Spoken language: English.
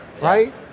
right